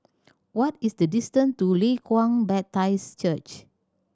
what is the distance to Leng Kwang Baptist Church